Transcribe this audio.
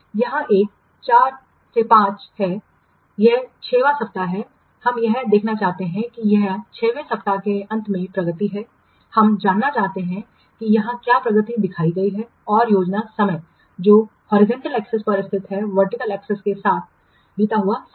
यह एक 4 5 है यह 6 वाँ सप्ताह है हम यह देखना चाहते हैं कि यह ६ वें सप्ताह के अंत में प्रगति है हम जानना चाहते हैं कि यहाँ क्या प्रगति दिखाई गई है और योजना समय जो हॉरिजेंटल एक्सेस पर स्थित है वर्टिकल एक्सिस के साथ बीता हुआ समय